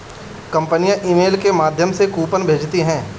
कंपनियां ईमेल के माध्यम से कूपन भेजती है